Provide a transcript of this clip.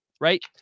right